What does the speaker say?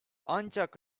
ancak